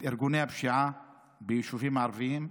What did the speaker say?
את ארגוני הפשיעה ביישובים הערביים,